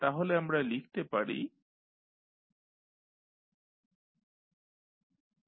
তাহলে আমরা লিখতে পারি d2ydt2 3dytdt 2ytrt